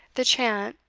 the chant,